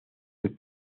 sus